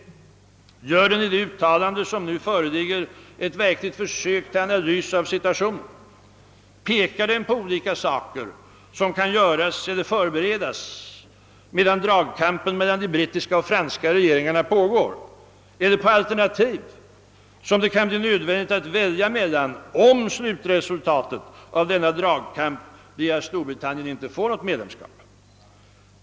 Gör den i det uttalande som nu föreligger ett verkligt försök till analys av situationen? Pekar den på olika saker som kan göras eller förberedas, medan dragkampen mellan de franska och brittiska regeringarna pågår? Eller pekar den på alternativ, som det kan bli nödvändigt att välja mellan, om slutresultatet av denna dragkamp blir att Storbritannien inte får något medlemskap?